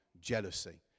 jealousy